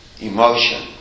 Emotion